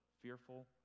fearful